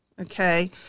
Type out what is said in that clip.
okay